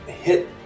hit